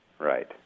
Right